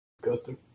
Disgusting